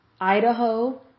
Idaho